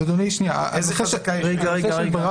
איזה חזקה יש היום?